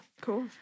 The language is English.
cool